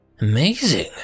Amazing